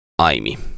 Aimi